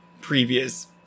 previous